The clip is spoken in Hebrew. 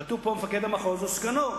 כתוב פה: מפקד המחוז או סגנו.